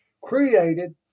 created